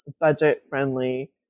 budget-friendly